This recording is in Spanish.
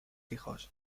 hijos